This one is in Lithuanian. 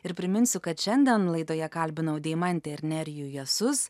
ir priminsiu kad šiandien laidoje kalbinau deimantę ir nerijų jasus